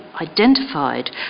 identified